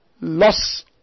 loss